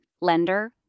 lender